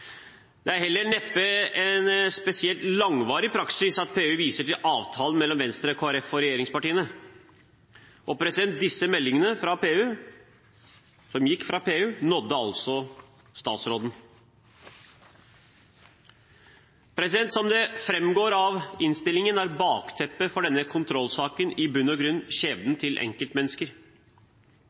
Det er heller neppe en spesielt langvarig praksis at PU viser til avtalen mellom Venstre, Kristelig Folkeparti og regjeringspartiene. Disse meldingene som gikk fra PU, nådde altså statsråden. Som det framgår av innstillingen, er bakteppet for denne kontrollsaken i bunn og grunn skjebnen til enkeltmennesker.